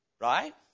Right